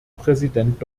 präsident